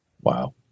Wow